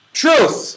truth